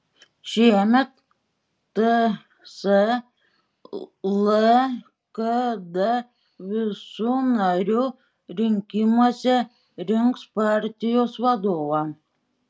šiemet ts lkd visų narių rinkimuose rinks partijos vadovą